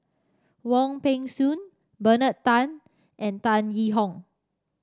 Wong Peng Soon Bernard Tan and Tan Yee Hong